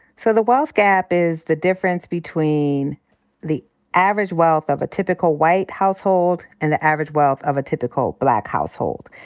so the wealth gap is the difference between the average wealth of a typical white household and the average wealth of a typical black household.